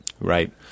Right